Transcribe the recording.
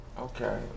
Okay